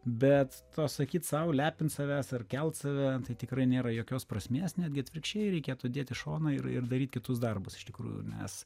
bet to sakyt sau lepint savęs ar kelt save tai tikrai nėra jokios prasmės netgi atvirkščiai reikėtų dėti į šoną ir ir daryt kitus darbus iš tikrųjų nes